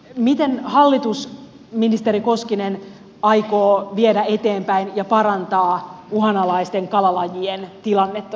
miten hallitus ministeri koskinen aikoo viedä eteenpäin ja parantaa uhanalaisten kalalajien tilannetta suomessa